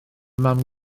mam